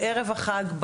בערב החג,